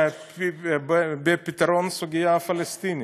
בפתרון הסוגיה הפלסטינית.